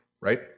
right